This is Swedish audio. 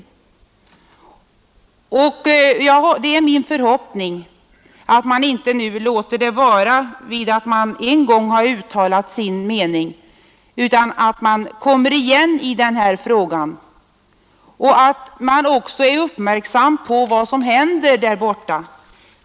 Det är min förhoppning att man inte nu låter det vara med att man en gång har uttalat sin mening utan att man kommer igen i denna fråga och även uppmärksammar vad som händer där borta.